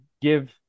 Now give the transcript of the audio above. give